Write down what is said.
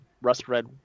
rust-red